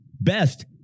best